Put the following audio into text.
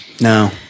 No